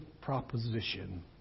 proposition